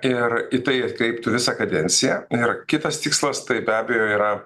ir į tai atkreiptų visą kadenciją ir kitas tikslas tai be abejo yra